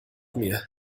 mir